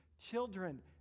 Children